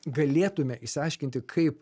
galėtume išsiaiškinti kaip